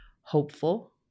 hopeful